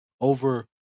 over